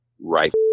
right